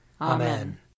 Amen